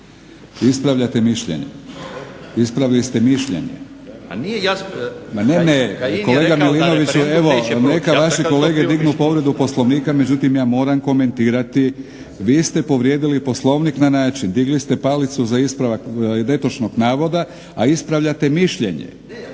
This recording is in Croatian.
Ispravljate mišljenje, ispravili ste mišljenje. … /Upadica se ne razumije./… Kolega Milinoviću evo neka vaši kolege dignu povredu Poslovnika, međutim ja moram komentirati. Vi ste povrijedili Poslovnik na način digli ste palicu za ispravak netočnog navoda, a ispravljate mišljenje.